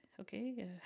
okay